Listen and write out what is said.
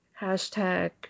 hashtag